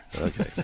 Okay